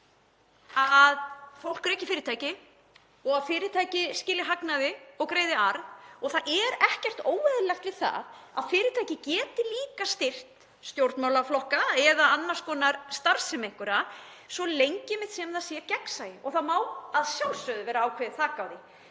að fólk reki fyrirtæki og að fyrirtæki skili hagnaði og greiði arð og það er ekkert óeðlilegt við það að fyrirtæki geti líka styrkt stjórnmálaflokka eða annars konar starfsemi einhverra svo lengi sem það er gegnsæi. Það má að sjálfsögðu vera ákveðið þak